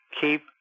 Keep